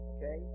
Okay